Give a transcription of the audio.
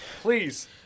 please